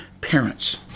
parents